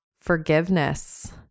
forgiveness